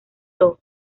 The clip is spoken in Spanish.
soo